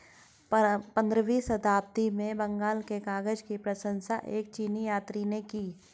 पंद्रहवीं शताब्दी में बंगाल के कागज की प्रशंसा एक चीनी यात्री ने की